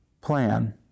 plan